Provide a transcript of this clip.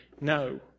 No